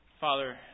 Father